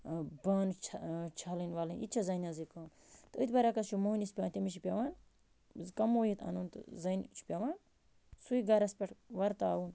بانہٕ چھلٕنۍ وَلٕنۍ یہِ تہِ چھِ زَنٛنہِ ہٲنزٕے کٲم تہٕ أتھۍ برعکس چھِ مہٕنِوِس پٮ۪وان تٔمِس چھِ پٮ۪وان کَمٲیِتھ اَنُن تہِ زَنٛنہِ چھِ پٮ۪وان سُے گَرَس پٮ۪ٹھ وَرٕتاوُن